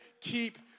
keep